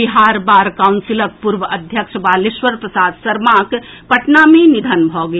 Bihar bar काउंसिलक पूर्व अध्यक्ष बालेश्वर प्रसाद शर्माक पटना मे निधन भऽ गेल